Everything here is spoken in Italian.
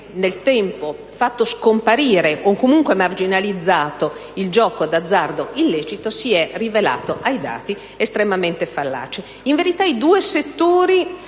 Grazie,